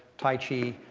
tai chi.